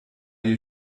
you